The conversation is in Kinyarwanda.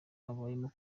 abayemo